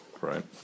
Right